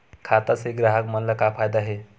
खाता से ग्राहक मन ला का फ़ायदा हे?